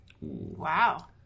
Wow